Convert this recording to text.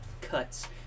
cuts